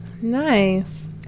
Nice